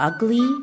Ugly